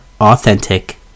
authentic